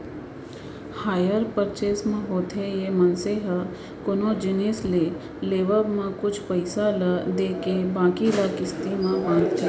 hire purchase म होथे ये मनसे ह कोनो जिनिस के लेवब म कुछ पइसा ल देके बाकी ल किस्ती म बंधाथे